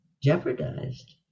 jeopardized